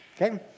okay